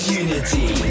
unity